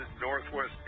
Northwest